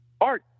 art